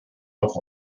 auch